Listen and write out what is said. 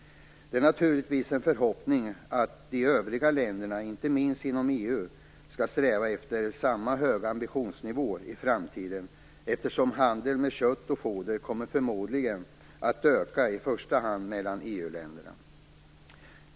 Det är naturligtvis en förhoppning att övriga länder, inte minst inom EU, skall sträva efter samma höga ambitionsnivå i framtiden eftersom handeln med kött och foder förmodligen kommer att öka, i första hand mellan EU-länderna.